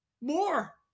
more